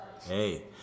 hey